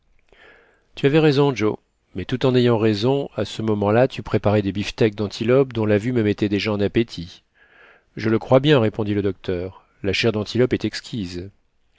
tu avais raison joe mais tout en ayant raison à ce moment-là tu préparais des beefsteaks d'antilope dont la vue me mettait déjà en appétit je le crois bien répondit le docteur la chair d'antilope est exquise